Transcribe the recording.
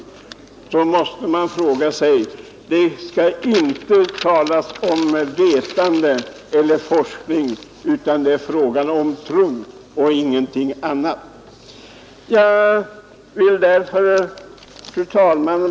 Man måste också säga att det inte verkar vara fråga om vetande eller forskning, utan om tro och ingenting annat. Fru talman!